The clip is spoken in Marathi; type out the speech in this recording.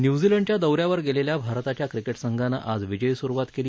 न्यूझीलंडच्या दौऱ्यावर गेलेल्या भारताच्या क्रिकेट संघानं आज विजयी सुरुवात केली